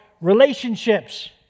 relationships